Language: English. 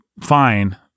fine